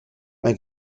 mae